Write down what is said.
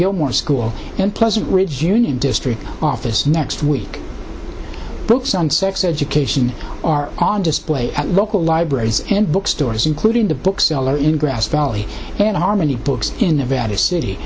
go school in pleasant ridge union district office next week books on sex education are on display at local libraries and bookstores including the bookseller in grass valley and harmony books in nevada city